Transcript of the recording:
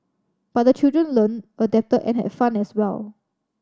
but the children learnt adapted and had fun as well